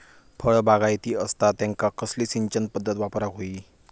फळबागायती असता त्यांका कसली सिंचन पदधत वापराक होई?